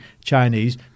Chinese